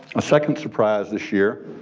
a second surprise this year.